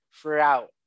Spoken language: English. throughout